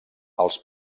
els